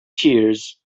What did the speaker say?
tears